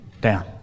down